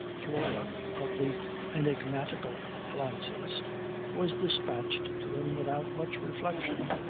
flora of the enigmatical glances was dispatched to them without much reflection.